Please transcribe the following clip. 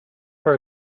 for